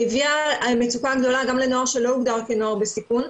היא הביאה למצוקה גדולה גם נוער שלא הוגדר כנוער בסיכון.